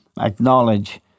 acknowledge